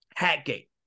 Hatgate